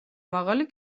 მაღალი